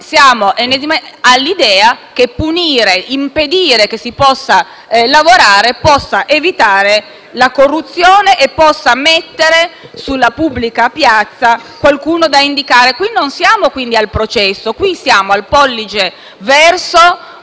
fronte all'idea che punire impedendo di lavorare possa evitare la corruzione e possa mettere sulla pubblica piazza qualcuno da indicare. Qui non siamo al processo: qui siamo al pollice verso